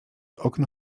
okno